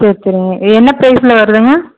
சேரி சரிங்க என்ன பிரைஸில் வருதுங்க